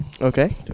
Okay